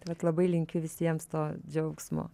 tai vat labai linkiu visiems to džiaugsmo